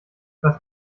was